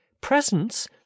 presents